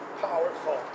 powerful